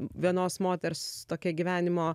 vienos moters tokia gyvenimo